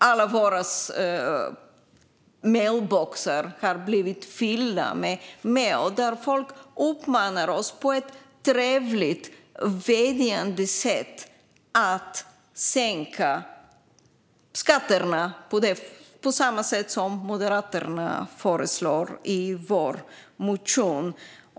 Alla våra mejlboxar har blivit fyllda med mejl där folk på ett trevligt och vädjande sätt uppmanar oss att sänka skatterna på samma sätt som vi i Moderaterna föreslår i vår motion.